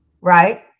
right